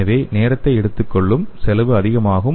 எனவே நேரத்தை எடுத்துக்கொள்ளும் செலவு அதிகம் ஆகும்